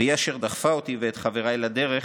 והיא אשר דחפה אותי ואת חבריי לדרך